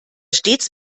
stets